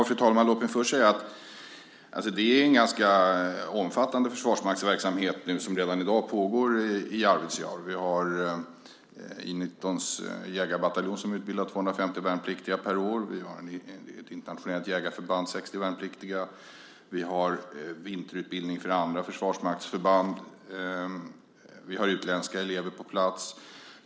Fru talman! Låt mig först säga att det är en ganska omfattande försvarsmaktsverksamhet som redan i dag pågår i Arvidsjaur. Vi har I 19:s jägarbataljon som utbildar 250 värnpliktiga per år. Vi har ett internationellt jägarförband med 60 värnpliktiga. Vi har vinterutbildning för andra försvarsmaktsförband. Vi har utländska elever på plats.